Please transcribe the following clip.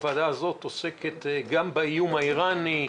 הוועדה הזאת עוסקת גם באיום האיראני,